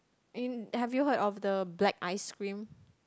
have you heard of the black ice cream